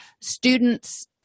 students